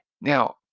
Now